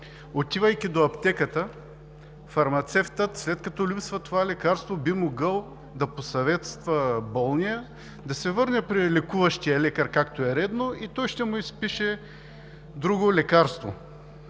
отивайки до аптеката, фармацевтът, след като липсва това лекарство, би могъл да посъветва болния да се върне при лекуващия си лекар, както е редно, и той ще му изпише друго лекарство.